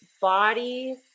body